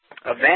event